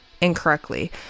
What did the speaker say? incorrectly